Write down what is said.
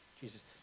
Jesus